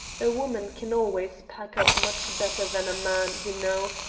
a woman can always pack up much better than a man, you know,